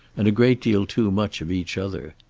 and a great deal too much of each other.